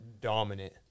dominant